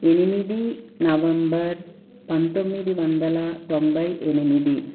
ఎనిమిది నవంబర్ పంతొమ్మిది వందల తొంభై ఎనిమిది